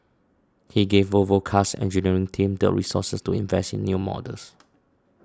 he gave Volvo Car's engineering team the resources to invest in new models